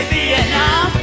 Vietnam